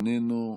איננו,